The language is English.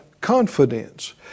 confidence